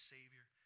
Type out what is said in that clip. Savior